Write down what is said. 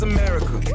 America